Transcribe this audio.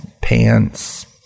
pants